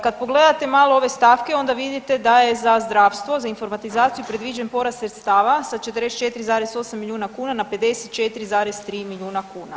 Kada pogledate malo ove stavke onda vidite da je za zdravstvo za informatizaciju predviđen porast sredstava sa 44,8 milijuna kuna na 54,3 milijuna kuna.